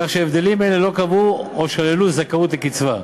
כך שהבדלים אלה לא קבעו או שללו זכאות לקצבה.